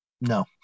no